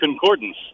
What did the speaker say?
concordance